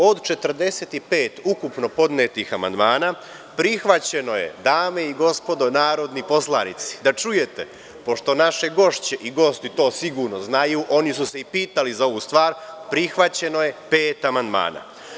Od 45 ukupno podnetih amandmana, prihvaćeno je, dame i gospodo narodni poslanici, da čujete, pošto naše gošće i naši gosti to sigurno znaju, oni su se i pitali za ovu stvar, pet amandmana.